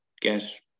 get